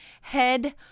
head